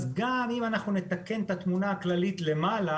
אז גם אם אנחנו נתקן את התמונה הכללית למעלה,